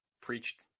preached